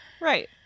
right